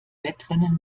wettrennen